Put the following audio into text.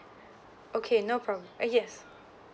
okay no problem uh yes